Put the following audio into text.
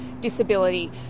disability